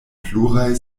pluraj